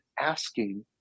asking